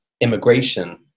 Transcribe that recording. immigration